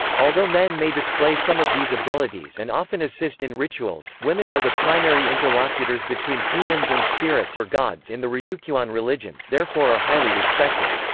although men may display some of these abilities and often assist in rituals, women are the primary interlocutors between humans and spirits or gods in the ryukyuan religion, therefore are highly respected.